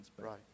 Right